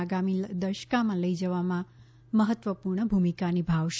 આગામી દશકામાં લઈ જવામાં મહત્વપૂર્ણ ભૂમિકા નિભાવશે